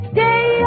Stay